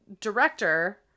director